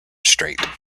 strait